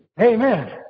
Amen